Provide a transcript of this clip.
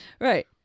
Right